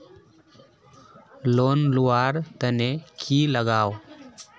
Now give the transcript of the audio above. Loan लुवा र तने की लगाव?